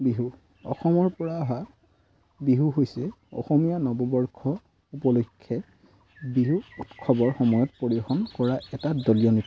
বিহু অসমৰপৰা অহা বিহু হৈছে অসমীয়া নৱবৰ্ষ উপলক্ষে বিহু উৎসৱৰ সময়ত পৰিৱেদেশন কৰা এটা দলীয় নৃত্য